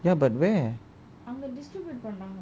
ya but where